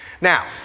Now